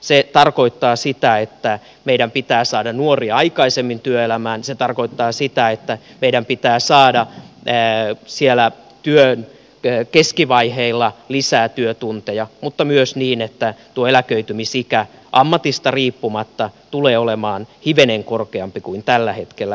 se tarkoittaa sitä että meidän pitää saada nuoria aikaisemmin työelämään se tarkoittaa sitä että meidän pitää saada työuran keskivaiheilla lisää työtunteja mutta myös sitä että eläköitymisikä ammatista riippumatta tulee olemaan hivenen korkeampi kuin tällä hetkellä